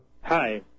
Hi